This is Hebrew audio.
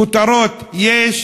כותרות יש,